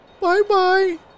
Bye-bye